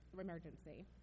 emergency